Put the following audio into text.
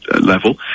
level